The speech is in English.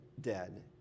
dead